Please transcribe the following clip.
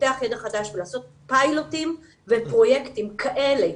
לפתח ידע חדש ולעשות פיילוטים ופרויקטים כאלה,